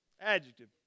Adjective